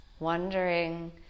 wondering